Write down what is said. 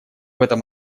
этом